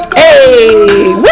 hey